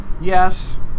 Yes